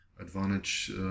advantage